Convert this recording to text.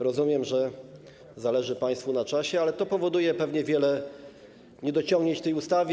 Rozumiem, że zależy państwu na czasie, ale to powoduje pewnie wiele niedociągnięć w tej ustawie.